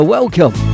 Welcome